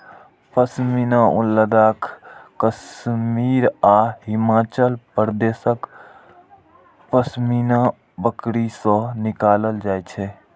पश्मीना ऊन लद्दाख, कश्मीर आ हिमाचल प्रदेशक पश्मीना बकरी सं निकालल जाइ छै